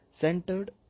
centered